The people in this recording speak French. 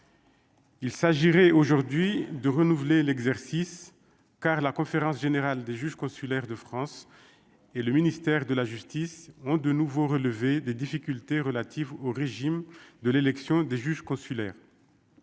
Il s'agirait aujourd'hui de renouveler l'exercice car la conférence générale des juges consulaires de France et le ministère de la justice ont de nouveau relevé des difficultés relatives au régime de l'élection des juges consulaires,